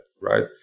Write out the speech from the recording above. right